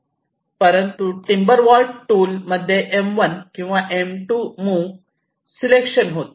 प्रथम TimberWolf tool मध्ये M1 किंवा M2 मूव्ह सिलेक्शन होते